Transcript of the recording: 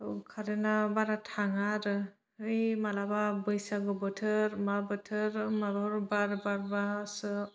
औ खारेन्टआ बारा थाङा आरो होइ मालाबा बैसागो बोथोर मा बोथोर माब्लाबा बार बारबासो